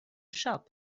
shop